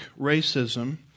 racism